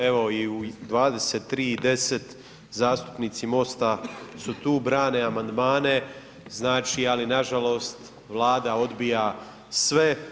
Evo i u 23,10h, zastupnici MOST-a su tu, brane amandmane, znači ali nažalost, Vlada odbija sve.